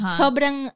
sobrang